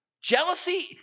Jealousy